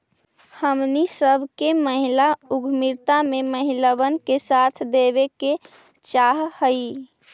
हमनी सब के महिला उद्यमिता में महिलबन के साथ देबे के चाहई